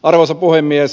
arvoisa puhemies